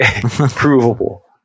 provable